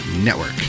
Network